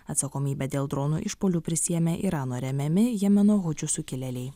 atsakomybę dėl dronų išpuolių prisiėmė irano remiami jemeno hučių sukilėliai